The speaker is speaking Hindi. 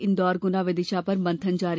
इन्दौर गुना विदिशा पर मंथन जारी